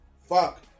Fuck